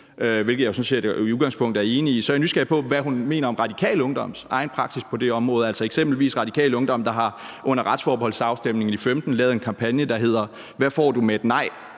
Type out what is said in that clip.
i udgangspunktet er enig i – er jeg nysgerrig på, hvad hun mener om Radikal Ungdoms egen praksis på det område. Eksempelvis har Radikal Ungdom under retsforbeholdsafstemningen i 2015 lavet en kampagne, der hedder »Hvad får du med et nej?